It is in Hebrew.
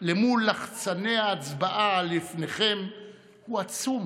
מול לחצני ההצבעה שלפניכם הוא עצום.